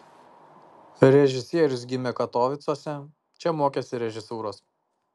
režisierius gimė katovicuose čia mokėsi režisūros